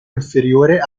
inferiore